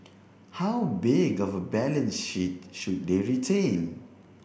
how big of a balance sheet should they retain